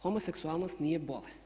Homoseksualnost nije bolest.